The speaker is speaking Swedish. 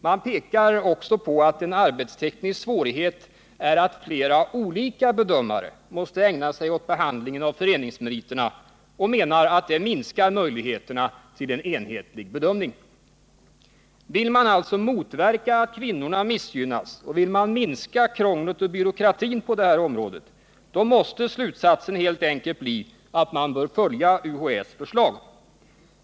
Man pekar också på att en arbetsteknisk svårighet är att flera olika bedömare måste ägna sig åt behandlingen av föreningsmeriterna och menar att det minskar möjligheterna till en enhetlig bedömning. Vill man alltså motverka att kvinnorna missgynnas och vill man minska krånglet och byråkratin på det här området, då måste slutsatsen helt enkelt bli att man bör följa UHÄ:s förslag.